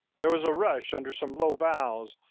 there was a rush under some low boughs,